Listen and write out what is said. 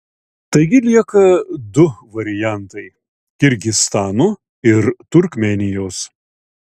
taigi lieka du variantai kirgizstano ir turkmėnijos